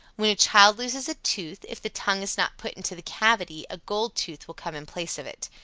when a child loses a tooth, if the tongue is not put into the cavity a gold tooth will come in place of it.